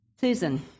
Susan